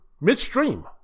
midstream